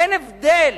אין הבדל